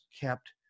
kept